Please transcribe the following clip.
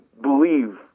believe